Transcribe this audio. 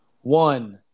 One